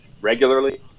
regularly